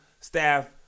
staff